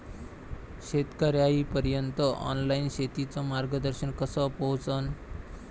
शेतकर्याइपर्यंत ऑनलाईन शेतीचं मार्गदर्शन कस पोहोचन?